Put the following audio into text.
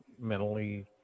mentally